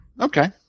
Okay